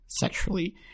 sexually